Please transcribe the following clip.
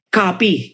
copy